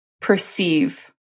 perceive